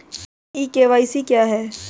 ई KYC क्या है?